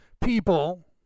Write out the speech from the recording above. people